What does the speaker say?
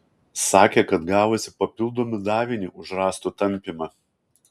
sakė kad gavusi papildomą davinį už rąstų tampymą